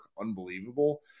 unbelievable